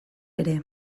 ere